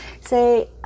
say